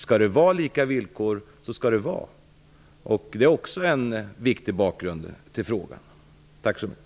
Skall det vara lika villkor så skall det! Också detta är en viktig bakgrund till frågan. Tack så mycket!